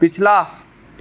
पिछला